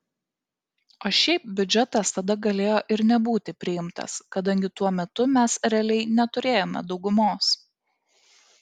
o šiaip biudžetas tada galėjo ir nebūti priimtas kadangi tuo metu mes realiai neturėjome daugumos